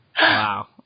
Wow